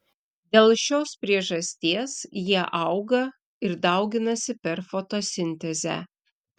dėl šios priežasties jie auga ir dauginasi per fotosintezę